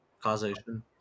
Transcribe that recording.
causation